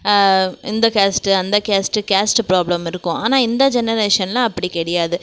இந்த கேஸ்ட்டு அந்த caste caste problem இருக்கும் ஆனால் இந்த ஜெனரேஷனில் அப்படி கிடையாது